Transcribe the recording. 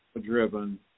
driven